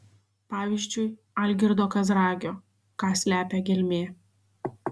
pavyzdžiui algirdo kazragio ką slepia gelmė